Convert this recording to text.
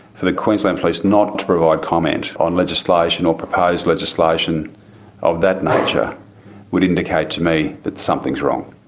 for the queensland police not to provide comment on legislation or proposed legislation of that nature would indicate to me that something's wrong.